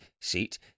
seat